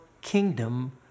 kingdom